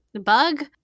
bug